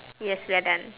yes we are done